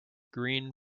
green